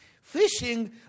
Fishing